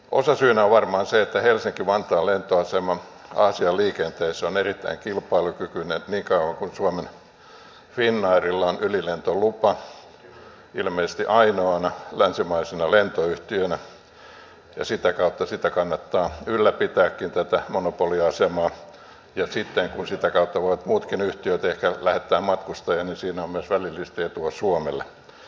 osasyynä on varmaan se että helsinki vantaan lentoasema aasian liikenteessä on erittäin kilpailukykyinen niin kauan kuin suomen finnairilla on ylilentolupa ilmeisesti ainoana länsimaisena lentoyhtiönä ja sitä kautta kannattaa ylläpitääkin tätä monopoliasemaa ja sitten kun sitä kautta voivat muutkin yhtiöt ehkä lähettää matkustajan niin siinä on myös välillisesti etua suomelle